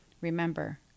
Remember